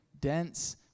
dense